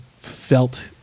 felt